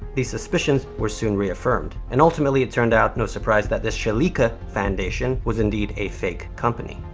these suspicions were soon reaffirmed, and ultimately it turned out, no surprise, that this shalika fandation was indeed a fake company.